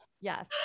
Yes